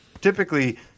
typically